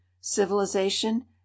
civilization